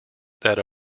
that